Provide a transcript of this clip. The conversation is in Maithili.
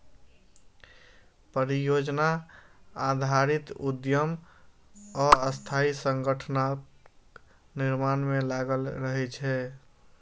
परियोजना आधारित उद्यम अस्थायी संगठनक निर्माण मे लागल रहै छै